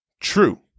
true